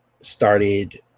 started